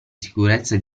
sicurezza